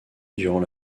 durant